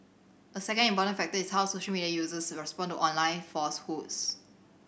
a second important factor is how social media users respond to online falsehoods